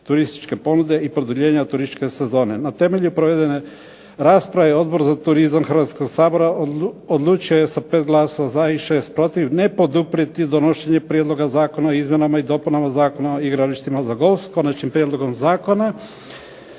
turističke ponude i produljenja turističke sezone. Na temelju provedene rasprave Odbor za turizam Hrvatskog sabora odlučio je sa 5 glasova za i 6 protiv ne poduprijeti donošenje Prijedloga zakona o izmjenama i dopunama Zakona o igralištima za golf s Konačnim prijedlogom zakona.